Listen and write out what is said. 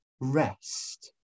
rest